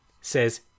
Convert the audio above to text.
says